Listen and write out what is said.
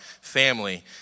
family